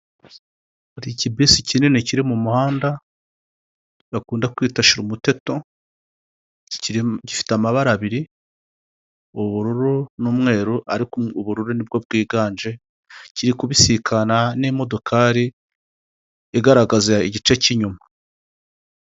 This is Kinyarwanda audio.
Hari ikibisi kinini kiri mu muhanda, bakunda kwita shira umuteto, gifite amabara abiri, ubururu n'umweru ariko ubururu nibwo bwiganje, kiri kubisikana n'imodokari igaragaza igice cy'inyuma.